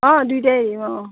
অঁ দুয়োটাই অঁ অঁ